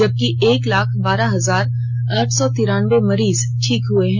जबकि एक लाख बारह हजार आठ सौ तिरानबे मरीज ठीक हए हैं